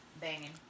Banging